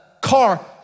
car